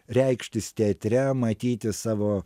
reikštis teatre matyti savo